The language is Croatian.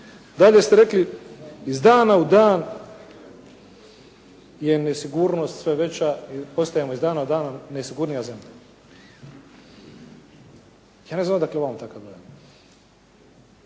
Dalje ste rekli iz dana u dan je nesigurnost sve veća, postajemo iz dana u dan nesigurnija zemlja. Ja ne znam odakle vam takav dojam.